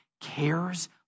cares